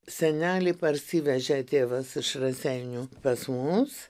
senelį parsivežė tėvas iš raseinių pas mus